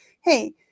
Hey